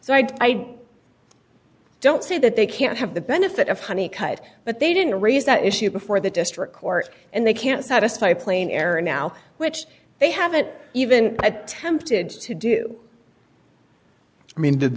so i don't say that they can't have the benefit of honey but they didn't raise that issue before the district court and they can't satisfy plane error now which they haven't even attempted to do i mean did